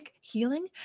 healing